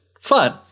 fun